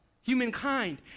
humankind